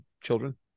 children